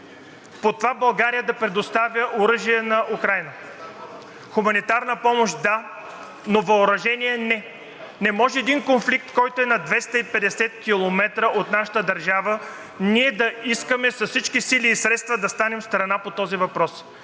по това България да предоставя оръжия на Украйна. Хуманитарна помощ – да, но въоръжение – не! Не може един конфликт, който е на 250 км от нашата държава, да искаме с всички сили и средства да станем страна по този въпрос.